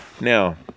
Now